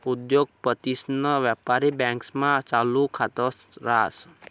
उद्योगपतीसन व्यापारी बँकास्मा चालू खात रास